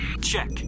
check